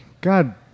God